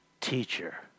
teacher